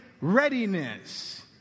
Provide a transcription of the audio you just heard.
readiness